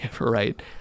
Right